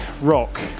rock